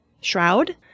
shroud